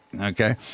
okay